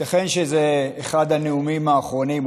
ייתכן שזה אחד הנאומים האחרונים,